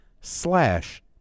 slash